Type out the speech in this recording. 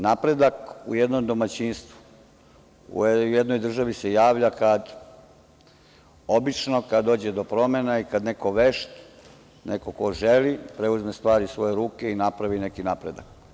Napredak u jednom domaćinstvu, u jednoj državi se javlja obično kada dođe do promena i kada neko vešt, neko ko želi, preuzme stvari u svoje ruke i napravi neki napredak.